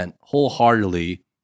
wholeheartedly